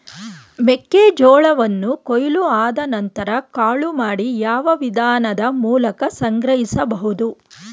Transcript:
ಮೆಕ್ಕೆ ಜೋಳವನ್ನು ಕೊಯ್ಲು ಆದ ನಂತರ ಕಾಳು ಮಾಡಿ ಯಾವ ವಿಧಾನದ ಮೂಲಕ ಸಂಗ್ರಹಿಸಬಹುದು?